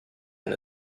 and